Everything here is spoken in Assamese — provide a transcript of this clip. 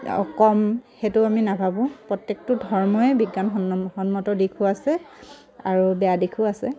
কম সেইটো আমি নাভাবোঁ প্ৰত্যেকটো ধৰ্মই বিজ্ঞান সন্ম সন্মত দিশো আছে আৰু বেয়া দিশো আছে